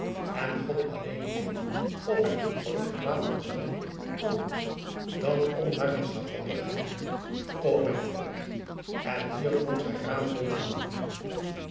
en god alleen weet of hy dien ooit verlaten zal anders dan om naar het schavot te gaan o mijn god en hier wrong zy radeloos de handen